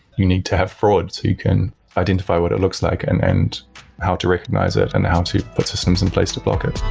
you need to have fraud so you can identify what it looks like and and how to recognize it and how to put systems in place to block it.